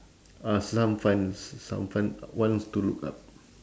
uh some fun some fun ones to look up